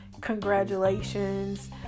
congratulations